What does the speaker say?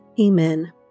Amen